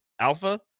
alpha